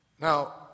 Now